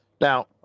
Now